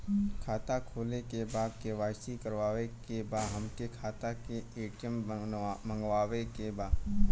खाता खोले के बा के.वाइ.सी करावे के बा हमरे खाता के ए.टी.एम मगावे के बा?